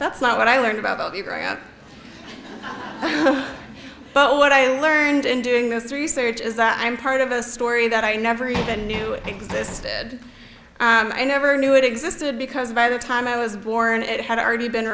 that's not what i learned about you but what i learned in doing this research is that i'm part of a story that i never even knew existed i never knew it existed because by the time i was born it had already been